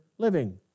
living